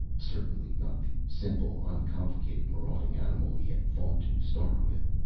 certainly not the simple, uncomplicated, marauding animal he had thought to start with.